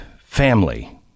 family